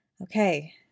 Okay